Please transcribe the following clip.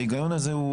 ההיגיון הזה הוא